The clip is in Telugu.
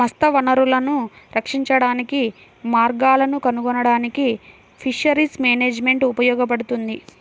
మత్స్య వనరులను రక్షించడానికి మార్గాలను కనుగొనడానికి ఫిషరీస్ మేనేజ్మెంట్ ఉపయోగపడుతుంది